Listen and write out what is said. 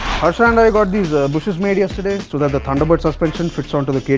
harsha and i got these ah bushes made yesterday. so that the thunderbird suspension fits onto the